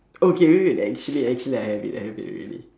okay wait wait actually actually I have it I have it already